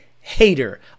hater